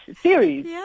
series